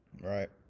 right